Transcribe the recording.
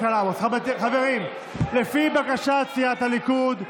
חברים, לפי בקשת סיעת הליכוד,